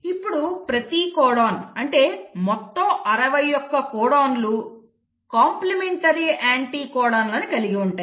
ఇప్పుడు ప్రతి కోడాన్ అంటే మొత్తం 61 కోడాన్లు కాంప్లిమెంటరీ యాంటీకోడాన్ లను కలిగి ఉంటాయి